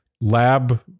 lab